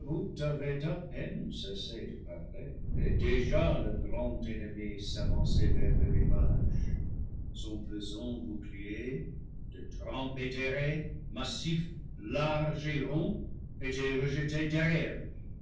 et déjà le grand ennemi s'avançait vers le rivage son pesant bouclier de trempe éthérée massif large et rond était rejeté derrière lui